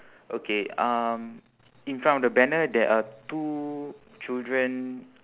okay um in front of the banner there are two children